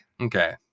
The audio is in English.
Okay